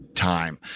Time